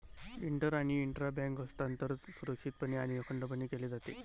inter आणि intra bank हस्तांतरण सुरक्षितपणे आणि अखंडपणे केले जाते